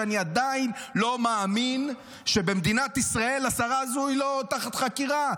אני עדיין לא מאמין שבמדינת ישראל השרה הזו לא תחת חקירה,